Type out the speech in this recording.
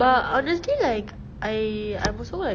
but honestly like I I'm also like